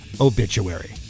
Obituary